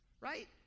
right